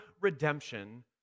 redemption